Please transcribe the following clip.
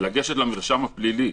לגשת למרשם הפלילי